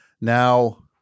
Now